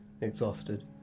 exhausted